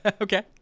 okay